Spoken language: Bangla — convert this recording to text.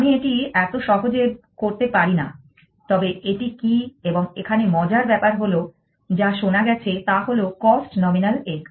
আমি এটি এত সহজে করতে পারি না তবে এটি কী এবং এখানে মজার ব্যাপার হলো যা শোনা গেছে তা হলো কস্ট নমিনাল এগ